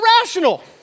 irrational